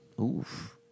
Oof